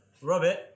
Robert